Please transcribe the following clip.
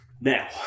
Now